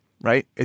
right